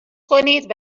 کنید